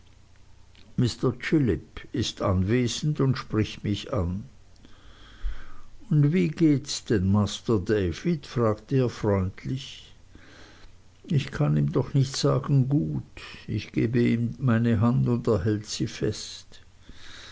mr chillip ist anwesend und spricht mich an und wie gehts denn master david fragt er freundlich ich kann ihm doch nicht sagen gut ich gebe ihm meine hand und er hält sie fest